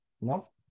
no